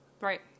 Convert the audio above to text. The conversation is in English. Right